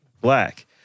black